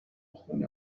خونه